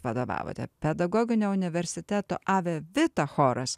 vadovavote pedagoginio universiteto ave vita choras